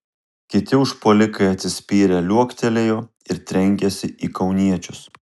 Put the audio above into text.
kiti užpuolikai atsispyrę liuoktelėjo ir trenkėsi į kauniečius